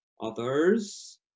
others